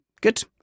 good